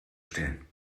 stellen